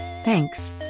Thanks